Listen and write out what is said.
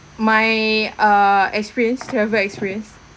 my err experience travel experience